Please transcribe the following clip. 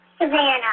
Savannah